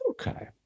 Okay